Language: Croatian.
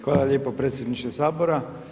Hvala lijepo predsjedniče Sabora.